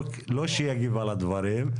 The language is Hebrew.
לא שיגיב על הדברים.